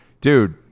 dude